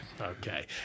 Okay